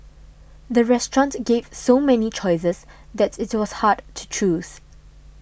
the restaurant gave so many choices that it was hard to choose